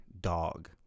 dog